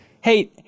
hey